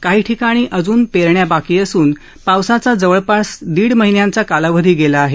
काही ठिकाणी अजून पेरण्या बाकी असून पावसाचा जवळपास दीड महिन्याचा कालावधी गेला आहे